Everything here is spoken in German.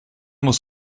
muss